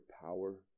power